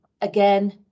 again